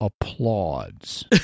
applauds